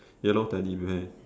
yellow teddy bear